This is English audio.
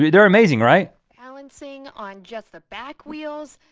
they're amazing right? balancing on just the back wheels,